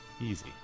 Easy